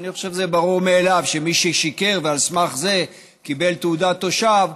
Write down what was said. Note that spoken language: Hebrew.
ואני חושב שזה ברור מאליו שמי ששיקר ועל סמך זה קיבל תעודת תושב,